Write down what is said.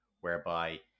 whereby